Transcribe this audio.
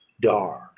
dark